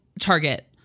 target